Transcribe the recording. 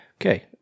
okay